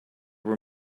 were